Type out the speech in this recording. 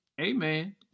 amen